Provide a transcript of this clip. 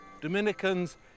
Dominicans